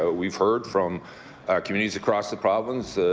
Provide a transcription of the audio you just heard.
ah we've heard from communities across the province,